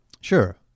sure